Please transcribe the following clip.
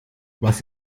was